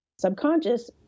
Subconscious